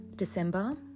December